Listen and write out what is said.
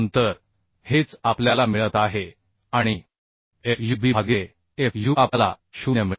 तर हेच आपल्याला मिळत आहे आणि f u b भागिले f u आपल्याला 0 मिळते